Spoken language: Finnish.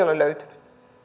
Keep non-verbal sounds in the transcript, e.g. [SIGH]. [UNINTELLIGIBLE] ole löytynyt